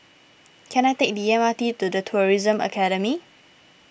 can I take the M R T to the Tourism Academy